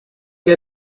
que